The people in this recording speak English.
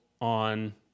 on